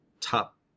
top